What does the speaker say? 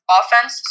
offense